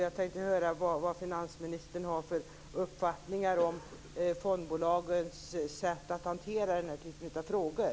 Jag tänkte höra vad finansministern har för uppfattning om fondbolagens sätt att hantera den här typen av frågor.